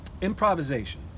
improvisation